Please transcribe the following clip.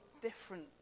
different